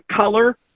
Color